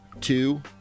two